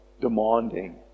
demanding